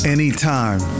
Anytime